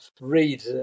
read